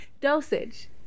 dosage